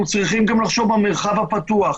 אנחנו צריכים גם לחשוב על המרחב הפתוח.